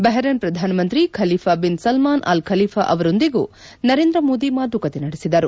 Bahrain ಪ್ರಧಾನಮಂತ್ರಿ Khalifa bin Salman Al Khalifa ಅವರೊಂದಿಗೂ ನರೇಂದ್ರ ಮೋದಿ ಮಾತುಕತೆ ನಡೆಸಿದರು